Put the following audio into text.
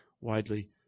widely